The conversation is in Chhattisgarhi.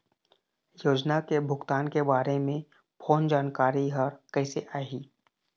योजना के भुगतान के बारे मे फोन जानकारी हर कइसे आही?